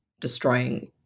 destroying